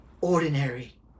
ordinary